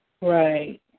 Right